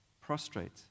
prostrate